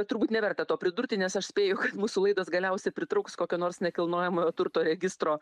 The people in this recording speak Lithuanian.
turbūt neverta to pridurti nes aš spėju kad mūsų laidos galiausiai pritruks kokio nors nekilnojamojo turto registro